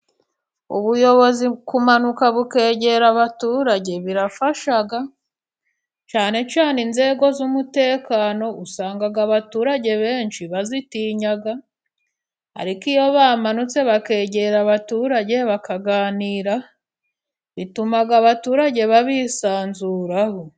Ubuyobozi kumanuka bukegera abaturage birafasha, cyane cyane inzego z'umutekano, usanga abaturage benshi bazitinya, ariko iyo bamanutse bakegera abaturage bakaganira, ituma abaturage bisanzuraho.